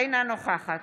אינה נוכחת